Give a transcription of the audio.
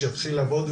שיתחיל לעבוד,